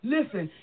Listen